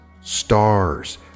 stars